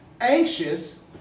anxious